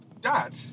Dad